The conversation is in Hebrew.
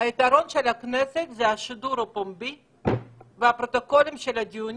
היתרון של הכנסת זה השידור הפומבי והפרוטוקולים של הדיונים.